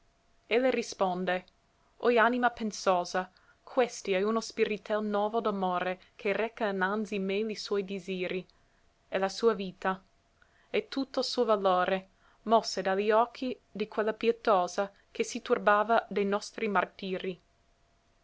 ei le risponde oi anima pensosa questi è uno spiritel novo d'amore che reca innanzi me li suoi desiri e la sua vita e tutto l suo valore mosse de li occhi di quella pietosa che si turbava de nostri martìri